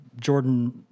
Jordan